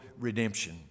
redemption